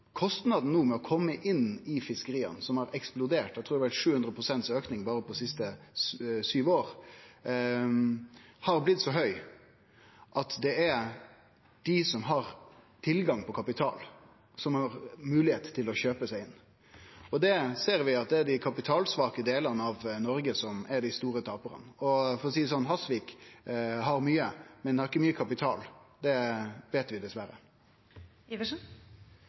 kostnaden med å kome inn i fiskeria har eksplodert – eg trur det har vore 7 pst. auke berre dei siste sju åra – og har blitt så høg at det er berre dei som har tilgang på kapital, som har moglegheit til å kjøpe seg inn. Vi ser at det er dei kapitalsvake delane av Noreg som er dei store taparane. For å seie det sånn: Hasvik har mykje, men ikkje mykje kapital – det veit vi